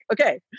okay